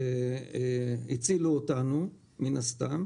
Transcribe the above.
שהצילו אותנו מן הסתם,